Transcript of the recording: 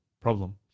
problem